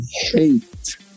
hate